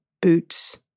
boots